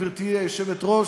גברתי היושבת-ראש?